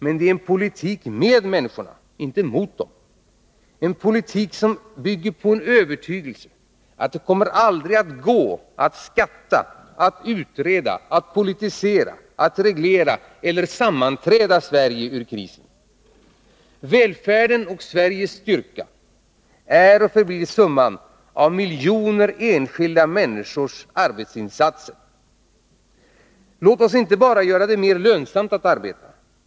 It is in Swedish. Men det är en politik med människorna, inte mot dem, en politik som bygger på övertygelsen att det aldrig går att skatta, utreda, politisera, reglera eller sammanträda Sverige ur krisen. Välfärden och Sveriges styrka är och förblir summan av miljoner enskilda människors arbetsinsatser. Låt oss inte bara göra det mer lönsamt att arbeta.